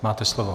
Máte slovo.